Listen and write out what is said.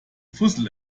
fussel